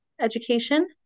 education